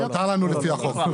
מותר לנו לפי החוק,